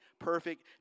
perfect